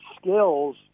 skills